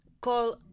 call